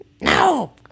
No